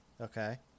okay